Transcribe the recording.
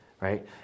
right